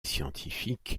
scientifique